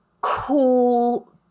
cool